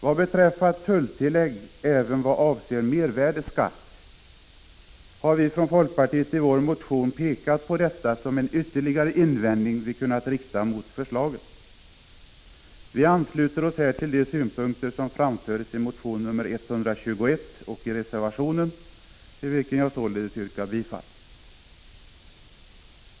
Vad beträffar tulltillägg även vad avser mervärdeskatt, har vi från folkpartiet i vår motion pekat på detta som en ytterligare invändning vi kunnat rikta mot förslaget. Vi ansluter oss här till de synpunkter som framförs i motion nr 121 och i reservationen, till vilken jag således yrkar bifall.